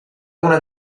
una